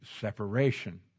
separation